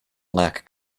lack